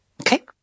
Okay